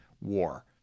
war